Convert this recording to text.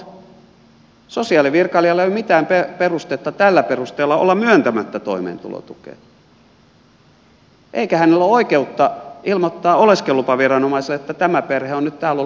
sosiaalivirkailijalla ei ole mitään perustetta tällä perusteella olla myöntämättä toimeentulotukea eikä hänellä ole oikeutta ilmoittaa oleskelulupaviranomaiselle että tämä perhe on nyt täällä ollut puoli vuotta toimeentulotuella